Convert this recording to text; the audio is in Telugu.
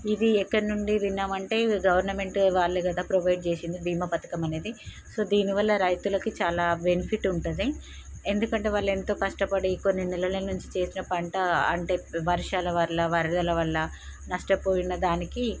ఇది ఎక్కడ నుండి విన్నాము అంటే గవర్నమెంట్ వాళ్ళే కదా ప్రొవైడ్ చేసింది భీమా పథకం అనేది సో దీని వల్ల రైతులకు చాలా బెనిఫిట్ ఉంటుంది ఎందుకంటే వాళ్ళు ఎంతో కష్టపడి కొన్ని నెలల నుంచి చేసిన పంట అంటే వర్షాల వల్ల వరదల వల్ల నష్టపోయిన దానికి